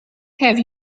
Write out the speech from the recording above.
have